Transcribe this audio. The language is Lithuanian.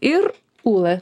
ir ūla